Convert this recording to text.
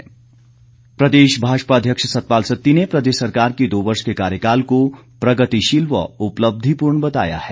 सती प्रदेश भाजपा अध्यक्ष सतपाल सत्ती ने प्रदेश सरकार के दो वर्ष के कार्यकाल को प्रगतिशील व उपलब्धिपूर्ण बताया है